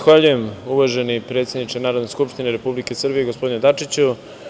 Zahvaljujem uvaženi predsedniče Narodne skupštine Republike Srbije, gospodine Dačiću.